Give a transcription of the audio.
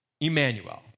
Emmanuel